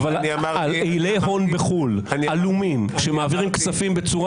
על פעילי הון בחו"ל עלומים שמעבירים כספים בצורה